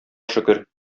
шөкер